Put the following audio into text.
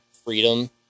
freedom